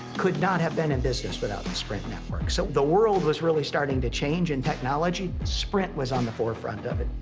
could not have been in business without the sprint network. so the world was really starting to change in technology, sprint was on the forefront of it,